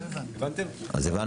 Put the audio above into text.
2024?